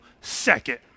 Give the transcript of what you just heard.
second